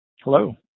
Hello